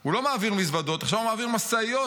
הוא לא מעביר מזוודות, עכשיו הוא מעביר משאיות